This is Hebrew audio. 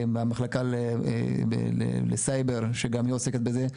מהמחלקה לסייבר שגם היא עוסקת בזה,